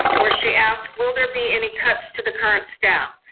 where she asked, will there be any cuts to the current staff?